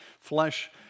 flesh